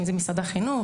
אם זה משרד החינוך,